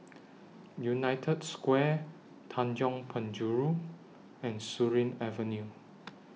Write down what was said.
United Square Tanjong Penjuru and Surin Avenue